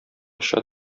оча